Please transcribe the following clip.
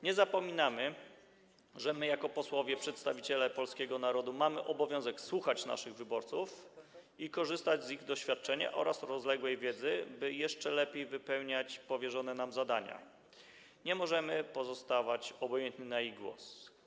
Nie zapominajmy, że my jako posłowie, przedstawiciele polskiego narodu, mamy obowiązek słuchać naszych wyborców i korzystać z ich doświadczenia oraz rozległej wiedzy, by jeszcze lepiej wypełniać powierzone nam zadania - nie możemy pozostawać obojętni na ich głos.